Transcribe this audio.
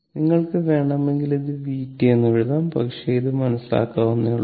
നിങ്ങൾക്ക് വേണമെങ്കിൽ ഇത് vt എന്ന് എഴുതാം പക്ഷേ ഇത് മനസ്സിലാക്കാവുന്നതേയുള്ളൂ